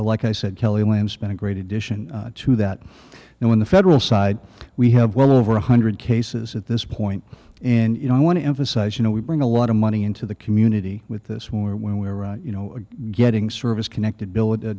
like i said kelly lamm spend a great addition to that and when the federal side we have well over one hundred cases at this point in i want to emphasize you know we bring a lot of money into the community with this where when we were you know getting service connected billing